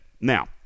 Now